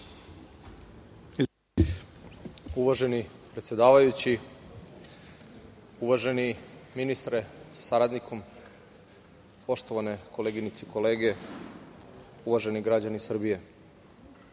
Uvaženi predsedavajući, uvaženi ministre sa saradnikom, poštovane koleginice i kolege, uvaženi građani Srbije,